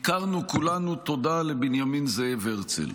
הכרנו כולנו תודה לבנימין זאב הרצל,